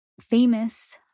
famous